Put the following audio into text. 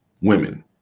women